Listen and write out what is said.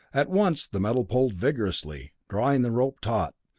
at once the metal pulled vigorously, drawing the rope taut,